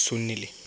Sunil